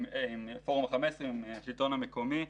עם פורום ה-15 ועם השלטון המקומי,